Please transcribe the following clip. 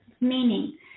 Meaning